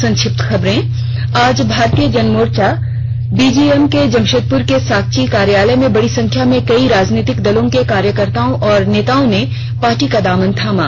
संक्षिप्त खबरें आज भारतीय जन मोर्चा बीजेएम के जमशेदपुर के साकची कार्यालय में बड़ी संख्या कई राजनीतिक दलों के कार्यकर्ता और नेताओं ने पार्टी का दामन थामा